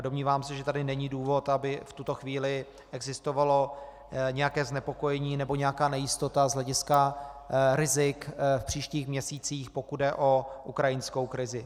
Domnívám se, že tady není důvod, aby v tuto chvíli existovalo nějaké znepokojení nebo nějaká nejistota z hlediska rizik v příštích měsících, pokud jde o ukrajinskou krizi.